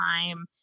time